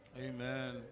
Amen